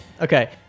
Okay